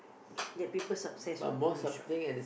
that people success what on a shop